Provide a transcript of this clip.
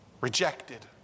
rejected